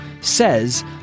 says